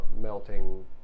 melting